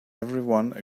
everyone